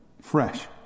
Fresh